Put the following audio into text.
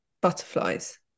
butterflies